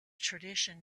tradition